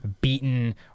beaten